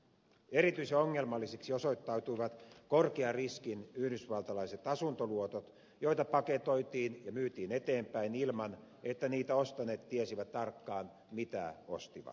erityisen ongelmallisiksi osoittautuivat korkean riskin yhdysvaltalaiset asuntoluotot joita paketoitiin ja myytiin eteenpäin ilman että niitä ostaneet tiesivät tarkkaan mitä ostivat